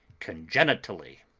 congenitally?